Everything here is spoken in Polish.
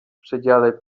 przedziale